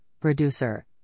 producer